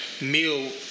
meal